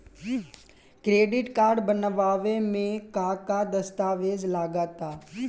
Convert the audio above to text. Credit card बनवावे म का का दस्तावेज लगा ता?